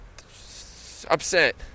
upset